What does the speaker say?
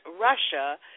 Russia